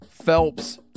Phelps